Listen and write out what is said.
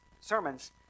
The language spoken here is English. sermons